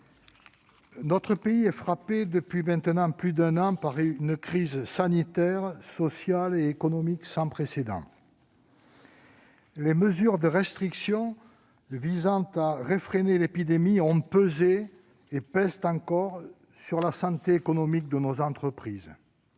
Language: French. notre pays est frappé depuis maintenant plus d'un an par une crise sanitaire, sociale et économique sans précédent. Les mesures de restriction visant à réfréner l'épidémie ont pesé et pèsent encore sur la santé économique de nos entreprises.